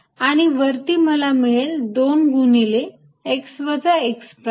आणि वरती मला मिळेल 2 गुणिले x वजा x प्राईम